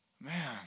man